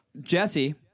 Jesse